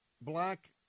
black